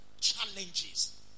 challenges